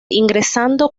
ingresando